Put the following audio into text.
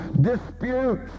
Disputes